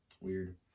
Weird